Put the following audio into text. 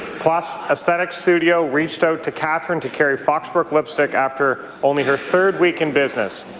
plush esthetics studio reached out to catherine to carry foxbrook lipstick after only her third week in business.